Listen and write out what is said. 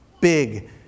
Big